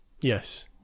Yes